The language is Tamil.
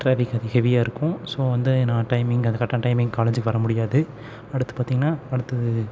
டிராஃபிக் அதிக ஹெவியாக இருக்கும் ஸோ வந்து நான் டைமிங் அந்த கரெக்டான டைமிங்கு காலேஜுக்கு வரமுடியாது அடுத்து பார்த்தீங்கனா அடுத்தது